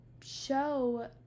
show